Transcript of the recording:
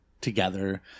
together